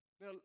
Now